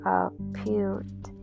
appeared